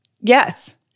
Yes